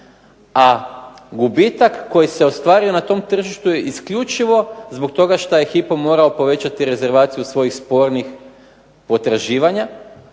a gubitak koji se ostvario na tom tržištu je isključivo zbog toga što je Hypo morao povećati rezervaciju svojih spornih potraživanja,